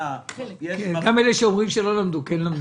קורונה?